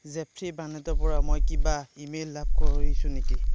Jeffrey বাৰ্নেটৰ পৰা মই কিবা ইমেইল লাভ কৰিছো নেকি